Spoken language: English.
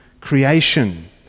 creation